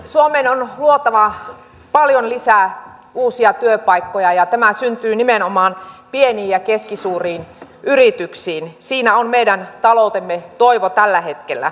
suomeen on luotava paljon lisää uusia työpaikkoja ja nämä syntyvät niemenomaan pieniin ja keskisuuriin yrityksiin siinä on meidän taloutemme toivo tällä hetkellä